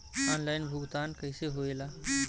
Online भुगतान कैसे होए ला?